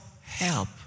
help